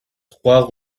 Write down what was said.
trois